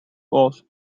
was